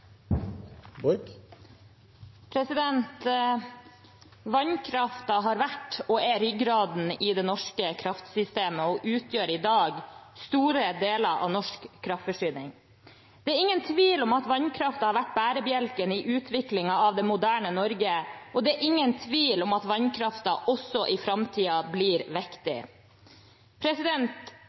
ryggraden i det norske kraftsystemet og utgjør i dag store deler av norsk kraftforsyning. Det er ingen tvil om at vannkraften har vært bærebjelken i utviklingen av det moderne Norge, og det er ingen tvil om at vannkraften også i framtiden blir viktig.